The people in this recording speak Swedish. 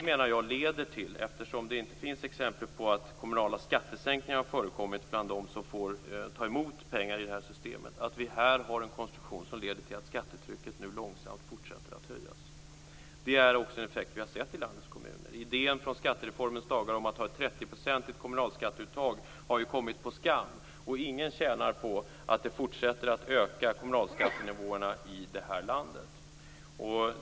Detta leder till - det finns ju inte exempel på att kommunala skattesänkningar förekommit bland dem som får ta emot pengar i systemet - att skattetrycket långsamt fortsätter att höjas. Det är också den effekt som vi har sett i landets kommuner. Idén från skattereformens dagar om att ha ett 30-procentigt kommunalskatteuttag har kommit på skam. Ingen tjänar på att kommunalskattenivåerna i landet fortsätter att höjas.